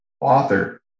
author